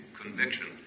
conviction